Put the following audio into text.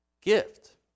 gift